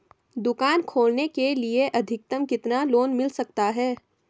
दुकान खोलने के लिए अधिकतम कितना लोन मिल सकता है?